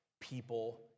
people